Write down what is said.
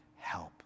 help